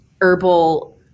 herbal